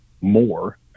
more